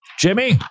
Jimmy